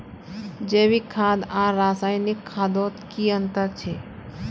जैविक खाद आर रासायनिक खादोत की अंतर छे?